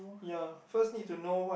ya first need to know what